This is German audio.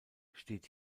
steht